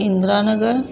Indira Nagar